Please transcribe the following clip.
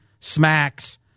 smacks